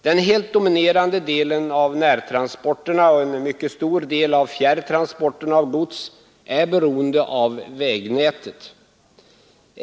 Den helt dominerande delen av närtransporterna och en mycket stor del av fjärrtransporterna av gods är beroende av vägnätet.